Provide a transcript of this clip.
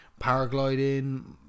paragliding